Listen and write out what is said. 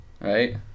Right